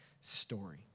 story